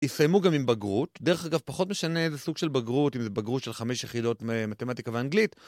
יסיימו גם עם בגרות, דרך אגב פחות משנה איזה סוג של בגרות, אם זה בגרות של חמש יחידות מתמטיקה ואנגלית.